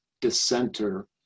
dissenter